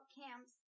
camps